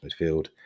midfield